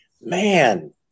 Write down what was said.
man